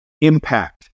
impact